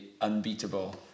unbeatable